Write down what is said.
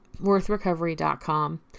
worthrecovery.com